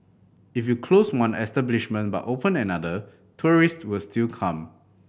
if you close one establishment but open another tourist will still come